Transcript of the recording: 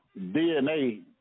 DNA